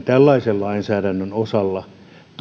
tällaisen lainsäädännön osalla